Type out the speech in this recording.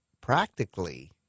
practically